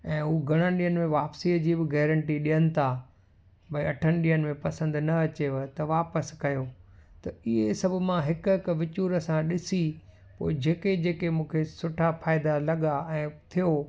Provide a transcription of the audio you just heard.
ऐं हू घणनि ॾींहनि में वापसीअ जी बि गैरेंटी ॾियनि था भाई अठनि ॾींहनि में पसंदि न अचेव त वापसि कयो त ईअं सभु मां हिकु हिकु विचूर सां ॾिसी पोइ जेके जेके मूंखे सुठा फ़ाइदा लॻा ऐं थियो